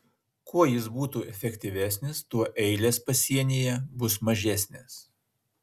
kuo jis būtų efektyvesnis tuo eilės pasienyje bus mažesnės